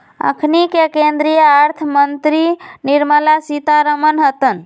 अखनि के केंद्रीय अर्थ मंत्री निर्मला सीतारमण हतन